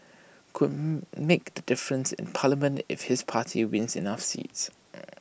could make the difference in parliament if his party wins enough seats